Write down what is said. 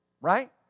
Right